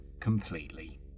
completely